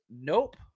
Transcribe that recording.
nope